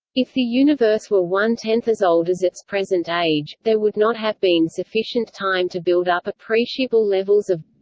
if the universe were one tenth as old as its present age, there would not have been sufficient time to build up appreciable levels of